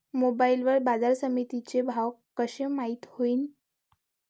Mobile वर बाजारसमिती चे भाव कशे माईत होईन?